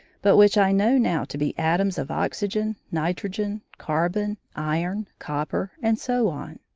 but which i know now to be atoms of oxygen, nitrogen, carbon, iron, copper, and so on.